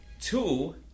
Two